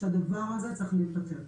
שהדבר הזה צריך להיפתר,